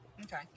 Okay